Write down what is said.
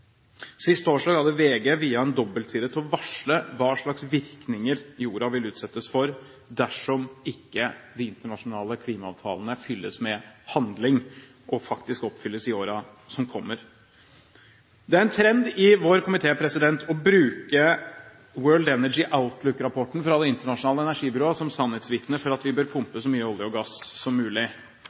Sist torsdag hadde VG viet en dobbeltside til å varsle hva slags virkninger det vil få for jorda dersom ikke de internasjonale klimaavtalene fylles med handling – og faktisk oppfylles i årene som kommer. Det er en trend i vår komité å bruke World Energy Outlook-rapporten fra Det internasjonale energibyrået som sannhetsvitne for at vi bør pumpe opp så mye olje og gass som mulig.